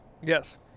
Yes